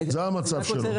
זה המצב שלו.